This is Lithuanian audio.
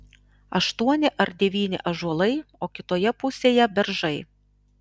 aštuoni ar devyni ąžuolai o kitoje pusėje beržai